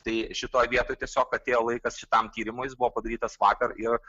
tai šitoj vietoj tiesiog atėjo laikas šitam tyrimui jis buvo padarytas vakar ir